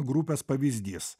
grupės pavyzdys